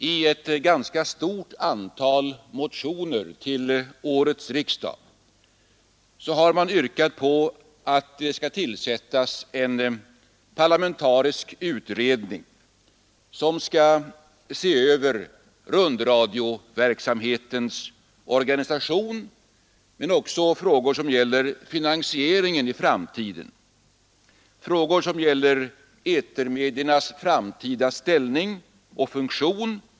I ett ganska stort antal motioner till årets riksdag har man yrkat på att det skall tillsättas en parlamentarisk utredning för att se över rundradioverksamhetens organisation och också frågor som gäller finansieringen i framtiden och etermediernas framtida ställning och funktion.